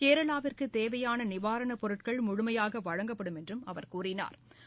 கேரளாவிற்கு தேவையாள நிவாரணப் பொருட்கள் முழுமையாக வழங்கப்படும் என்றும் அவர் கூறினா்